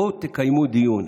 בואו תקיימו דיון.